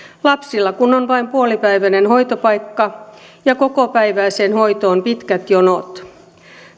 lapsilla kun on vain puolipäiväinen hoitopaikka ja kokopäiväiseen hoitoon pitkät jonot